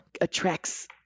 attracts